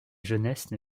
jeunesse